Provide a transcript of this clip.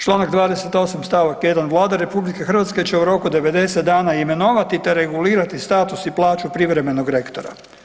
Članak 28. stavak 1. Vlada RH će u roku od 90 dana imenovati te regulirati status i plaću privremenog rektora.